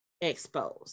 exposed